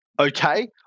okay